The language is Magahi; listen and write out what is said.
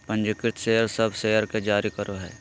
पंजीकृत शेयर सब शेयर के जारी करो हइ